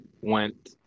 went